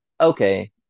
okay